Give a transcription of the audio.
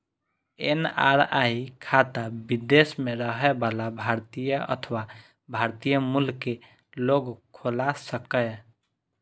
NRI खाता विदेश मे रहै बला भारतीय अथवा भारतीय मूल के लोग खोला सकैए